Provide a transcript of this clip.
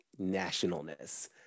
nationalness